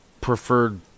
preferred